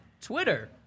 Twitter